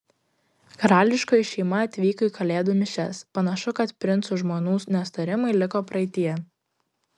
karališkoji šeima atvyko į kalėdų mišias panašu kad princų žmonų nesutarimai liko praeityje